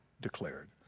declared